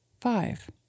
five